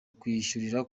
kwishyurira